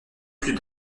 plus